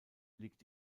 liegt